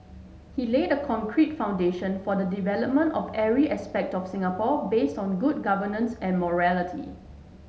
he laid a concrete foundation for the development of every aspect of Singapore base on good governance and morality